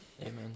Amen